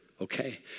Okay